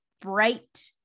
bright